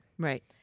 Right